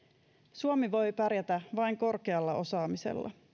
suomi voi pärjätä vain korkealla osaamisella